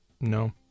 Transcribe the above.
No